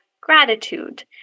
gratitude